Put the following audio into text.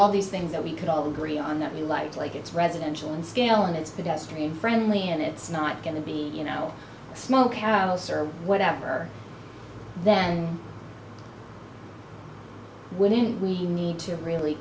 all these things that we could all agree on that we liked like it's residential in scale and it's pedestrian friendly and it's not going to be you know smoke house or whatever then wouldn't we need to really